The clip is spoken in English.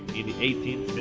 in eighteenth